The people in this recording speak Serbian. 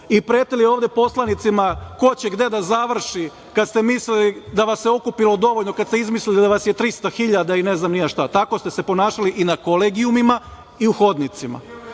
i pretili ovde poslanicima ko će gde da završi, kada ste mislili da vas se okupilo dovoljno, kada ste izmislili da vas je 300.000 i ne znam ni ja šta. Tako ste se ponašali i na kolegijumima i u hodnicima.